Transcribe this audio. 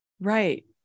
Right